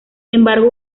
embargo